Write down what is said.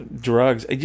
drugs